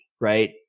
right